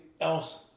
else